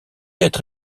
être